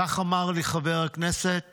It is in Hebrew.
כך אמר לי חבר הכנסת